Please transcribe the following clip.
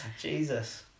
Jesus